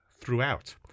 throughout